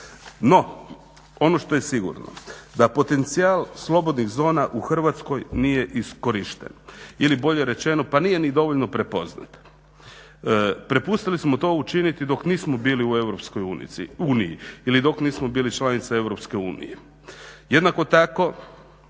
No ono što je sigurno da potencijal slobodnih zona u Hrvatskoj nije iskorišten ili bolje rečeno pa nije dovoljno prepoznat. Propustili smo to učiniti dok nismo bili u EU ili dok nismo bili članica EU. Jednako tak